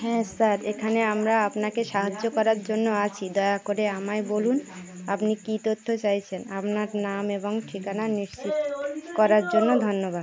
হ্যাঁ স্যার এখানে আমরা আপনাকে সাহায্য করার জন্য আছি দয়া করে আমায় বলুন আপনি কী তথ্য চাইছেন আপনার নাম এবং ঠিকানা নিশ্চিত করার জন্য ধন্যবাদ